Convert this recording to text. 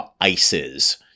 ices